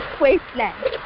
wasteland